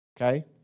okay